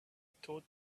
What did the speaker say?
taught